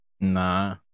Nah